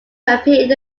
appeared